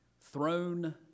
throne